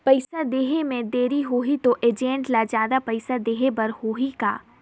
पइसा देहे मे देरी होही तो एजेंट ला जादा पइसा देही बर होही का?